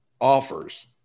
offers